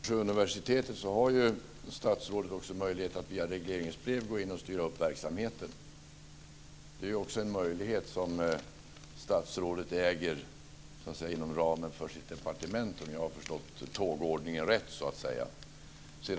Fru talman! När det gäller Östersjöuniversitetet har statsrådet också möjlighet att via regleringsbrev gå in och styra upp verksamheten. Det är också en möjlighet som statsrådet äger inom ramen för sitt departement, om jag har förstått tågordningen rätt.